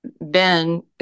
Ben